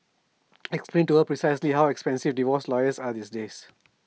explain to her precisely how expensive divorce lawyers are these days